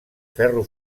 ferro